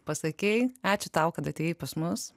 pasakei ačiū tau kad atėjai pas mus